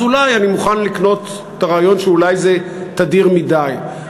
אז אולי אני מוכן לקנות את הרעיון שזה תדיר מדי,